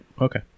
Okay